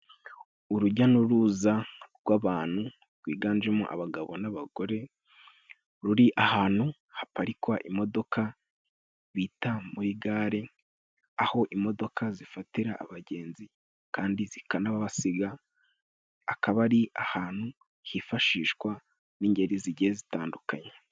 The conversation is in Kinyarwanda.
Urujya n'uruza rw'abantu rwiganjemo abagabo n'abagore, ruri ahantu haparikwa imodoka bita muri gare, aho imodoka zifatira abagenzi kandi zikanabasiga , akaba ari ahantu hifashishwa n'ingeri zigiye zitandukanye.